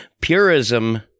Purism